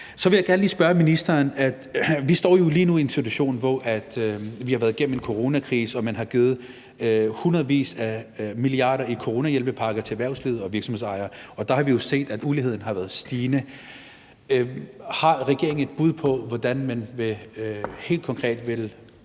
Så vil jeg gerne lige spørge ministeren om noget. Vi står jo lige nu i en situation, hvor vi har været igennem en coronakrise og man har givet hundredvis af milliarder i coronahjælpepakker til erhvervslivet og virksomhedsejere. Der har vi jo set, at uligheden har været stigende. Har regeringen et bud på, hvordan man helt konkret vil